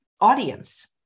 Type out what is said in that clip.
audience